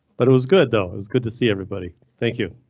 but it was good, though it was good to see everybody. thank you.